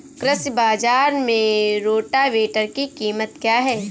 कृषि बाजार में रोटावेटर की कीमत क्या है?